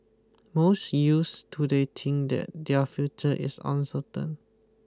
most youths today think that their future is uncertain